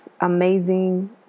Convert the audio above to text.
amazing